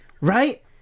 Right